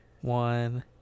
one